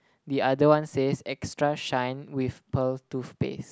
the other one says extra shine with pearl toothpaste